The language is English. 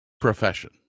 profession